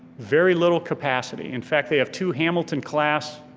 very little capacity. in fact they have two hamilton class